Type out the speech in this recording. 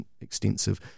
extensive